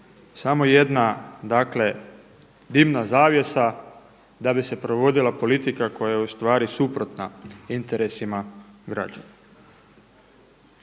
samo jedan dakle dimna zavjesa da bi se provodila politika koja je ustvari suprotna interesima građana.